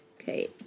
Okay